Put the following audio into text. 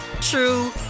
true